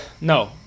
no